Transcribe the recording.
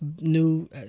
new